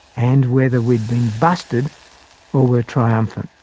and whether we had been busted or were triumphant.